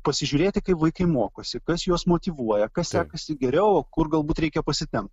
pasižiūrėti kaip puikiai mokosi kas juos motyvuoja kas sekasi geriau kur galbūt reikia pasitempt